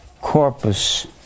corpus